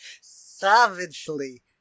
savagely